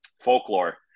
folklore